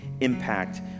impact